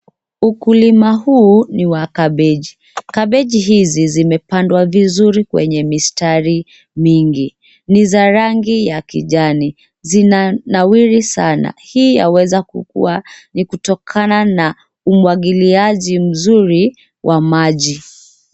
Ukulima huu ni wa kabeji. Kabeji hizi zimepandwa vizuri kwenye mistari mingi. Ni zarangi ya kijani. Zinanawiri sana. Hii yaweza kukuwa ni kutokana na umwagiliaji mzuri wa maji.